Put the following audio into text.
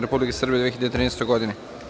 Republike Srbije u 2013. godini.